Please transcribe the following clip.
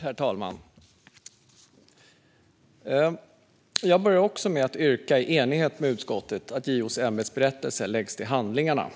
Herr talman! Jag börjar också med att i enighet med utskottet yrka bifall till att JO:s ämbetsberättelse läggs till handlingarna.